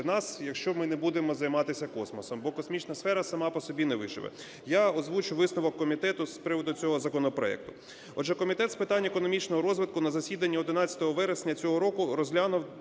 нас, якщо ми не будемо займатися космосом, бо космічна сфера сама по собі не виживе. Я озвучу висновок комітету з приводу цього законопроекту. Отже, Комітет з питань економічного розвитку на засіданні 11 вересня цього року розглянув